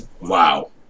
wow